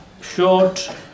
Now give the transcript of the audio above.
short